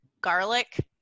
garlic